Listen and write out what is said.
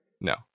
no